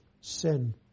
sin